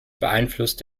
beeinflusst